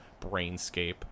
brainscape